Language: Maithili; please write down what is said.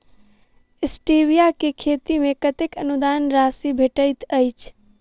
स्टीबिया केँ खेती मे कतेक अनुदान राशि भेटैत अछि?